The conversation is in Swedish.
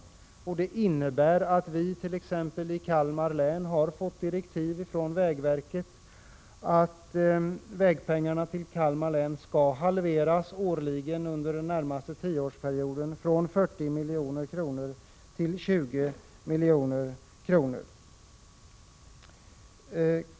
15 december 1986 Det innebär att exempelvis Kalmar län har fått direktiv från vägverket att vägpengarna till Kalmar län skall halveras, från 40 milj.kr. till 20 milj.kr. årligen, under den närmaste tioårsperioden.